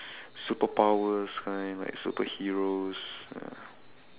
superpowers kind like superheroes ya